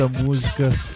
músicas